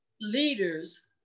leaders